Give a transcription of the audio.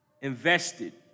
invested